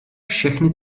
všechny